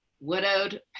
widowed